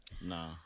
nah